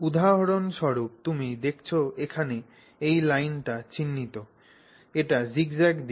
উদাহরণস্বরূপ তুমি দেখছ এখানে এই লাইনটি চিহ্নিত এটি জিগজ্যাগ দিক